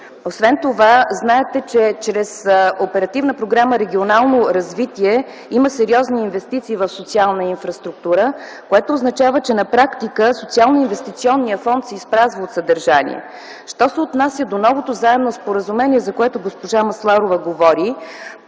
„Регионално развитие” има сериозни инвестиции в социалната инфраструктура, което означава, че на практика Социалноинвестиционният фонд се изпразва от съдържание. Що се отнася до новото заемно споразумение, за което госпожа Масларова говори,